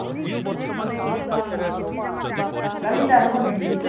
ଏମିତି ବ ଲାଲି ଚା' ହେବ ନାଇଁ କି